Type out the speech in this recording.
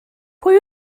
pwy